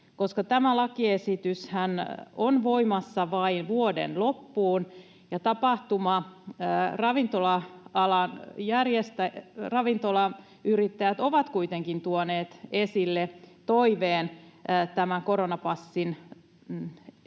tämä lakiesityshän on voimassa vain vuoden loppuun ja tapahtuma‑ ja ravintolayrittäjät ovat kuitenkin tuoneet esille toiveen tämän koronapassin jatkamisen